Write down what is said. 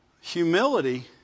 Humility